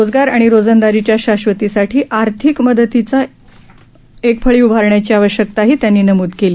रोजगार आणि रोजंदारीच्या शाश्वतीसाठी आर्थिक मदतीची एक फळी उभारण्याची आवश्यकताही त्यांनी नमूद केली